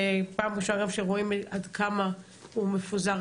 זה פעם ראשונה שרואים עד כמה הוא מפוזר